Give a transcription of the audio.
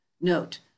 Note